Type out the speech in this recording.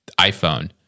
iPhone